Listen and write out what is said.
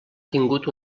tingut